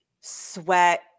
Sweat